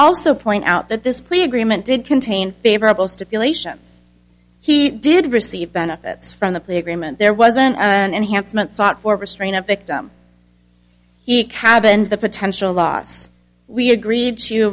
also point out that this plea agreement did contain favorable stipulations he did receive benefits from the plea agreement there wasn't an enhancement sought for restrain a victim he cabined the potential loss we agreed